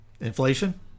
inflation